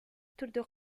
турдө